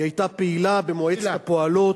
היא היתה פעילה במועצת הפועלות,